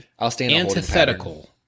Antithetical